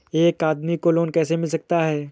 एक आदमी को लोन कैसे मिल सकता है?